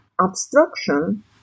obstruction